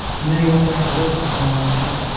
and then he went back to work the following day.